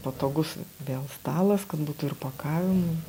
patogus vėl stalas kad būtų ir pakavimui